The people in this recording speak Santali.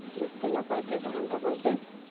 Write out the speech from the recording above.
ᱵᱮᱥᱛᱮ ᱱᱟᱯᱟᱭᱛᱮ ᱛᱟᱦᱮᱱ ᱛᱟᱵᱚᱱ ᱯᱮ